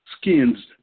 skins